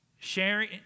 Sharing